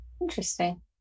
interesting